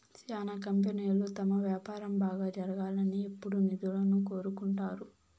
శ్యానా కంపెనీలు తమ వ్యాపారం బాగా జరగాలని ఎప్పుడూ నిధులను కోరుకుంటారు